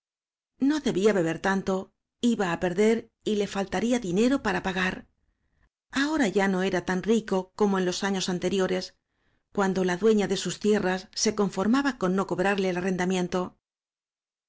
no debía beber tanto iba á perder y le faltaría dinero para pagar ahora ya no era tan rico como en los años anteriores cuando la dueña de sus tierras se conformaba con no co brarle el arrendamiento